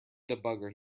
debugger